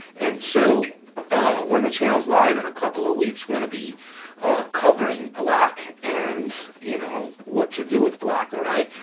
and so when the channel is live in a couple of weeks we're gonna be covering black and you know what to do with black, all right?